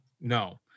no